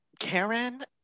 Karen